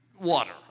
water